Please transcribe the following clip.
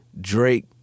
Drake